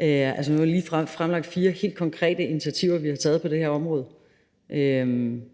Nu har jeg lige fremlagt fire helt konkrete initiativer, vi har taget på det her område.